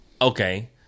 Okay